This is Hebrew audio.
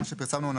כמו שפרסמנו,